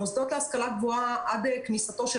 המוסדות להשכלה גבוהה עד כניסתו של